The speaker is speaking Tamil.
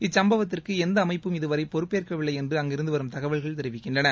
இச்சுப்பவத்திற்கு எந்த அமைப்பும் இதுவரை பொறுப்பு ஏற்கவில்லை என்று அங்கிருந்து வரும் தகவல்கள் தெரிவிக்கின்றன